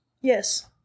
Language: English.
Yes